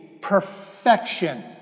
perfection